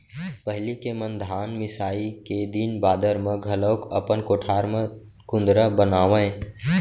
पहिली के मन धान मिसाई के दिन बादर म घलौक अपन कोठार म कुंदरा बनावयँ